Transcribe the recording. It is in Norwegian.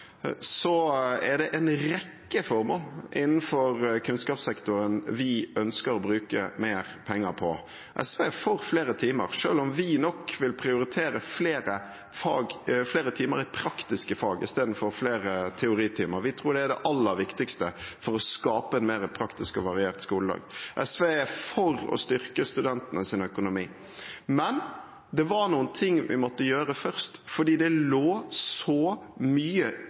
Så er det en rekke formål innenfor kunnskapssektoren vi ønsker å bruke mer penger på. SV er for flere timer, selv om vi nok vil prioritere flere timer i praktiske fag istedenfor flere teoritimer. Vi tror det er det aller viktigste for å skape en mer praktisk og variert skoledag. SV er for å styrke studentenes økonomi. Men det var noen ting vi måtte gjøre først, for det lå så mye